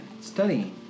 studying